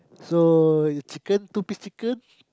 so chicken two piece chicken